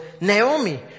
Naomi